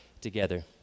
together